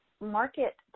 market